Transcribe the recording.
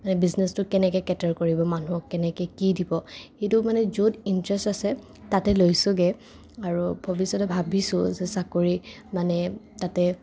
মানে বিজনেচটো কেনেকে কেটাৰ কৰিব মানুহক কেনেকে কি দিব সেইটো মানে য'ত ইণ্টাৰেষ্ট আছে তাতে লৈছোগে আৰু ভৱিষ্যতে ভাবিছোঁ যে চাকৰি মানে তাতে